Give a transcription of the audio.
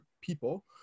people